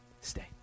Stay